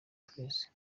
twese